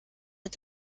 mit